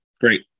Great